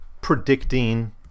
predicting